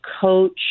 coach